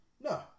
No